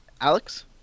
Alex